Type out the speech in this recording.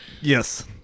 Yes